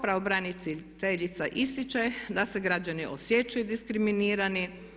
Pravobraniteljica ističe da se građani osjećaju diskriminirani.